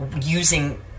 using